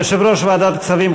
יושב-ראש ועדת הכספים,